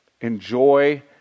enjoy